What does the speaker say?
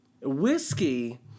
Whiskey